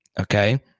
Okay